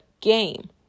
game